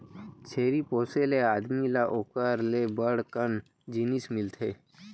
छेरी पोसे ले आदमी ल ओकर ले बड़ कन जिनिस मिलथे